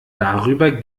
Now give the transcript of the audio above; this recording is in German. darüber